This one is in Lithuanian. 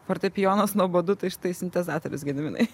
fortepijonas nuobodu tai štai sintezatorius gediminai